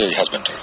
husband